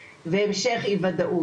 ילדים וצעירים מקבלים מענה ומקבלים עזרה.